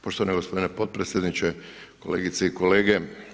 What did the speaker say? Poštovani gospodine potpredsjedniče, kolegice i kolege.